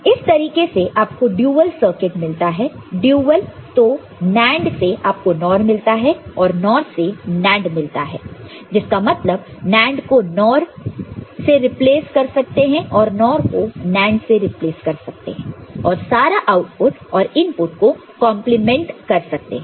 तो इस तरीके से आपको डुअल सर्किट मिलता है डुअल तो NAND से आप को NOR मिलता है और NOR से NAND मिलता है जिसका मतलब NAND को NOR सिर रिप्लेस कर सकते हैं और NOR को NAND से रिप्लेस कर सकते हैं और सारा आउटपुट और इनपुट को कंपलीमेंट करते हैं